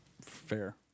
Fair